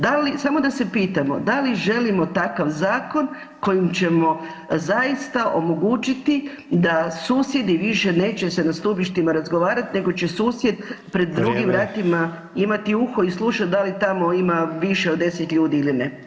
Da li, samo da se pitamo, da li želimo takav zakon kojim ćemo zaista omogućiti da susjedi više neće se na stubištima se razgovarati nego će susjed pred drugim vratima imati uho i slušati [[Upadica: Vrijeme.]] da li tamo ima više od 10 ljudi ili ne.